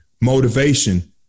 motivation